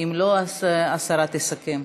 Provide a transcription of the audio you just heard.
ואם לא, השרה תסכם.